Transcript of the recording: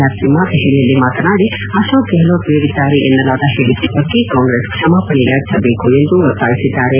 ನರಸಿಂಹ ದೆಹಲಿಯಲ್ಲಿ ಮಾತನಾಡಿ ಅಶೋಕ್ ಗೆಹಲೋಟ್ ನೀಡಿದ್ದಾರೆ ಎನ್ನಲಾದ ಹೇಳಿಕೆ ಬಗ್ಗೆ ಕಾಂಗ್ರೆಸ್ ಕ್ಷಮಾಪಣೆ ಯಾಚಿಸಬೇಕು ಎಂದು ಒತ್ತಾಯಿಸಿದ್ದಾರೆ